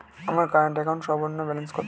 আমার current account সর্বনিম্ন balance কত?